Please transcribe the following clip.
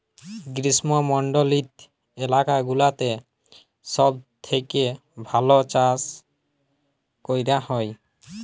গ্রীস্মমন্ডলিত এলাকা গুলাতে সব থেক্যে ভাল চাস ক্যরা হ্যয়